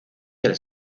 del